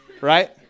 right